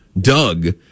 Doug